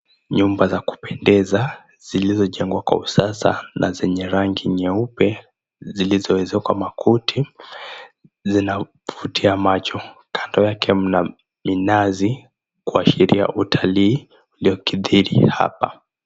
Nyumba la kupendeza zilizojengwa kwa usasa, na zenye rangi nyeupe. Zilizowekwa makuti, zinavutia macho. Kando yake mna minazi, kuashiria utalii uliokithiri hapa.